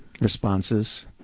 responses